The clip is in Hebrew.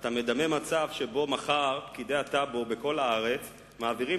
אתה מדמה מצב שבו מחר פקידי הטאבו בכל הארץ מעבירים